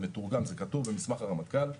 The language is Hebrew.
זה כתוב במסמך הרמטכ"ל,